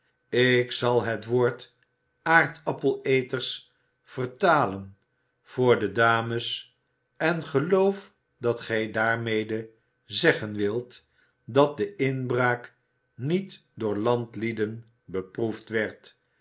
ik het voor de dames en geloof dat gij daarmede zeggen wilt dat de inbraak niet door landlieden beproefd werd